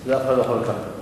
את זה אף אחד לא יכול לקחת ממך.